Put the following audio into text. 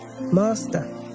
Master